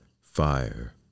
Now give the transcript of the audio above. fire